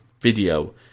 Video